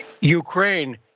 Ukraine